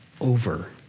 over